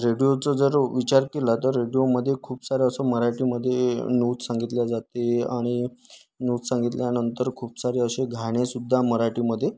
रेडिओचं जर विचार केला तर रेडिओमध्ये खूप सारं असं मराठीमध्ये नूज सांगितली जाते आणि न्यूज सांगितल्यानंतर खूप सारे असे गाणेसुद्धा मराठीमध्ये